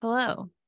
Hello